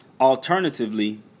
Alternatively